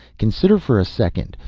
consider for a second.